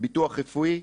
מביטוח רפואי,